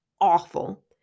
awful